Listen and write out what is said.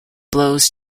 blows